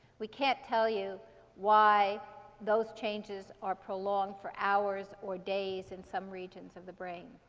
we can't tell you why those changes are prolonged for hours or days in some regions of the brain.